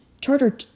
charter